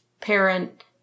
parent